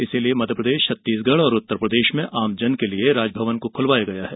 इसलिए मध्यप्रदेश छत्तीसगढ़ और उत्तरप्रदेश में आमजन के लिए राजभवन को खुलवाया है